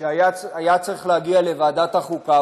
שהיה צריך להגיע לוועדת החוקה,